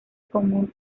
común